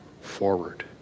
forward